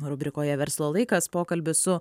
rubrikoje verslo laikas pokalbis su